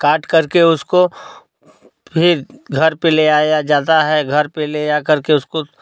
काट करके उसको फिर घर पर ले आया जाता है घर पर ले आकर के उसको